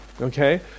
Okay